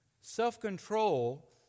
Self-control